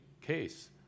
case